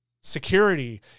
security